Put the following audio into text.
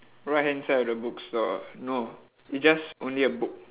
right hand side of the bookstore no it just only a book